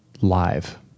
Live